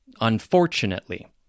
unfortunately